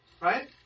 Right